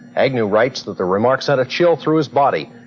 agnew writes that the remark sent a chill through his body.